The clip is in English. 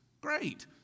Great